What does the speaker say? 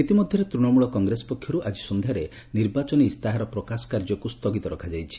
ଇତିମଧ୍ୟରେ ତୃଶମୂଳ କଂଗ୍ରେସ ପକ୍ଷରୁ ଆଜି ସନ୍ଧ୍ୟାରେ ନିର୍ବାଚାନୀ ଇସ୍ତାହାର ପ୍ରକାଶ କାର୍ଯ୍ୟକୁ ବନ୍ଦ୍ ରଖାଯାଇଛି